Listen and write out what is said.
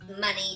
money